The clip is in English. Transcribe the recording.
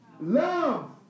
Love